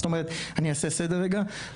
זאת אומרת אני אעשה סדר רגע.